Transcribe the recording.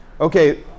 okay